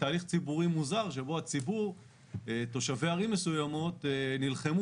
תהליך ציבורי מוזר שבו הציבור תושבי ערים מסוימות נלחמו